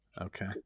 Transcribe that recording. okay